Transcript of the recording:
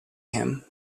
him